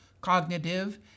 cognitive